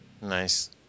nice